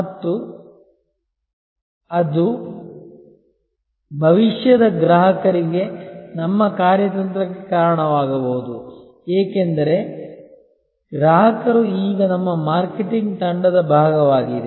ಮತ್ತು ಅದು ಭವಿಷ್ಯದ ಗ್ರಾಹಕರಿಗೆ ನಮ್ಮ ಕಾರ್ಯತಂತ್ರಕ್ಕೆ ಕಾರಣವಾಗಬಹುದು ಏಕೆಂದರೆ ಗ್ರಾಹಕರು ಈಗ ನಮ್ಮ ಮಾರ್ಕೆಟಿಂಗ್ ತಂಡದ ಭಾಗವಾಗಿದೆ